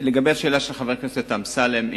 לגבי השאלה של חבר הכנסת אמסלם,